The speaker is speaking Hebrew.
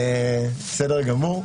בסדר גמור.